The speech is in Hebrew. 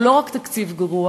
הוא לא רק תקציב גרוע,